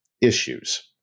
issues